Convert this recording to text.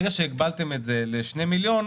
ברגע שהגבלתם את זה ל-2 מיליון,